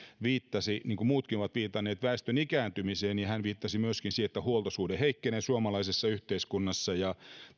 viittasi niin kuin muutkin ovat viitanneet väestön ikääntymiseen hän viittasi myöskin siihen että huoltosuhde heikkenee suomalaisessa yhteiskunnassa ja